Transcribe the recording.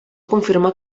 confirmar